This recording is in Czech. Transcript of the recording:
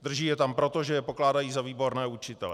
Drží je tam proto, že je pokládají za výborné učitele.